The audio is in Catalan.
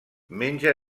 menja